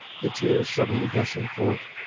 the tears suddenly gushing forth.